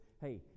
hey